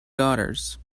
daughters